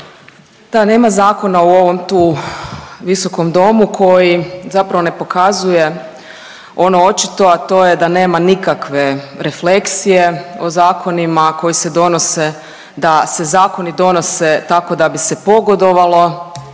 Da, nema zakona u ovom tu visokom domu koji zapravo ne pokazuje ono očito, a to je da nema nikakve refleksije o zakonima koji se donose, da se zakoni donose tako da bi se pogodovalo